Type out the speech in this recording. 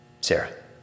sarah